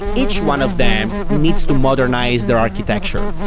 each one of them needs to modernize their architecture.